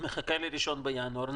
נחכה ל-1 בינואר,